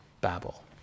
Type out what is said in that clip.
Babel